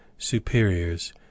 superiors